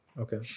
Okay